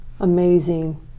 amazing